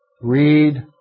Read